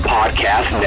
Podcast